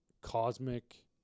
cosmic